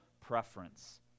preference